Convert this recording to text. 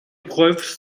épreuves